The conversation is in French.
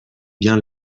bien